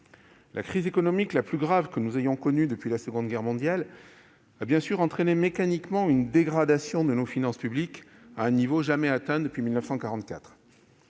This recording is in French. La crise économique la plus grave que nous ayons connue après la Seconde Guerre mondiale a entraîné mécaniquement une dégradation de nos finances publiques, à un niveau jamais atteint depuis 1944